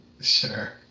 Sure